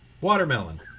watermelon